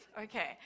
okay